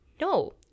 No